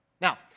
Now